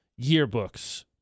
yearbooks